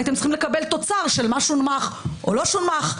הייתם צריכים לקבל תוצר של מה שונמך או לא שונמך,